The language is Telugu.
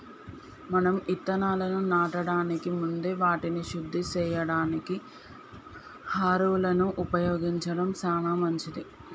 మనం ఇత్తనాలను నాటడానికి ముందే వాటిని శుద్ది సేయడానికి హారొలను ఉపయోగించడం సాన మంచిది